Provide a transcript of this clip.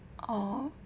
oh